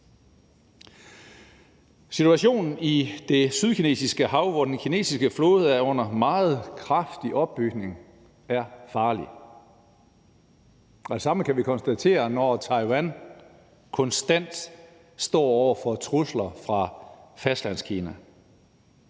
Situationen i Det Sydkinesiske Hav, hvor den kinesiske flåde er under meget kraftig opbygning, er farlig. Det samme kan vi konstatere, når Taiwan konstant står over for trusler fra Fastlandskina.